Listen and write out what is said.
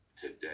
today